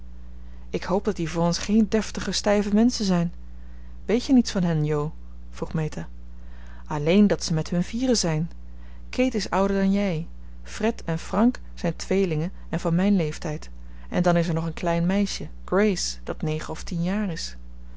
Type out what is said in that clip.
ik hoop dat die vaughns geen deftige stijve menschen zijn weet je niets van hen jo vroeg meta alleen dat ze met hun vieren zijn kate is ouder dan jij fred en frank zijn tweelingen en van mijn leeftijd en dan is er nog een klein meisje grace dat negen of tien jaar is